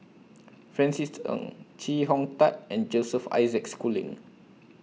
Francis Ng Chee Hong Tat and Joseph Isaac Schooling